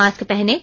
mask पहनें